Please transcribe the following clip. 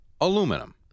Aluminum